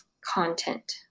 content